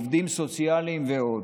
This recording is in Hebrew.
עובדים סוציאליים ועוד,